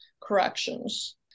corrections